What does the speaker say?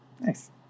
Nice